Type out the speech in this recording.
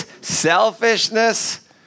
selfishness